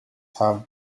have